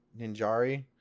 Ninjari